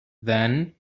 then